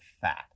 fat